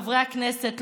חברי הכנסת,